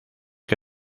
que